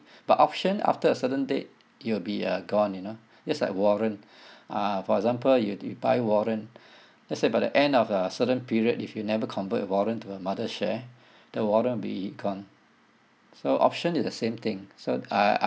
but option after a certain date it will be uh gone you know just like warrant uh for example you you by warrant let's say by the end of a certain period if you never convert a warrant to a mother share the warrant will be gone so option is a same thing so I I